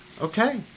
Okay